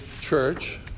church